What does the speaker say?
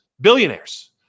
billionaires